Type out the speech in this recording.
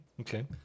Okay